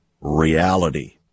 reality